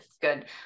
good